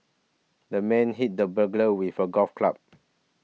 the man hit the burglar with a golf club